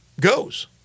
goes